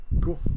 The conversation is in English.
Cool